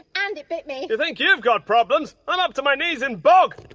and it bit me you think you've got problems! i'm up to my knees in bog.